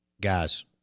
Guys